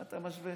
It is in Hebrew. מה אתה משווה?